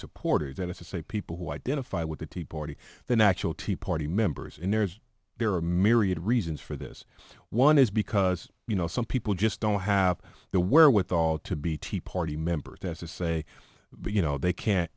supporters that is to say people who identify with the tea party than actual tea party members and there's there are a myriad of reasons for this one is because you know some people just don't have the wherewithal to be tea party members to say you know they can't